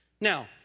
Now